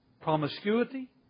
promiscuity